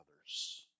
others